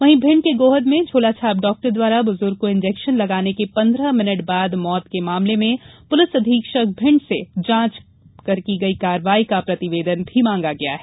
वहीं भिंड के गोहद में झोलाछाप डॉक्टर द्वारा बूज़ुर्ग को इंजेक्शन लगाने के पन्द्रह मिनिट बाद मौत के मामले में पूलिस अधीक्षक भिण्ड से जांच कर की गई कार्यवाही का प्रतिवेदन मांगा गया है